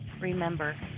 Remember